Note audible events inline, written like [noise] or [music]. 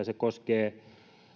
[unintelligible] se koskee